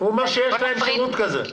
הוא אומר שיש להם שירות כזה.